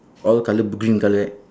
all colour green colour right